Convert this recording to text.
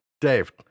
Dave